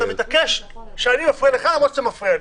אתה מתעקש שאני מפריע לך, למרות שאתה מפריע לי.